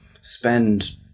spend